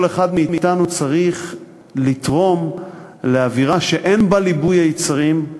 כל אחד מאתנו צריך לתרום לאווירה שאין בה ליבוי היצרים,